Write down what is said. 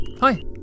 Hi